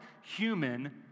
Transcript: human